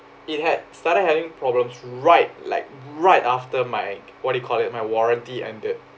it had started having problems right like right after my what do you call it my warranty ended